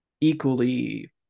equally